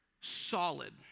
solid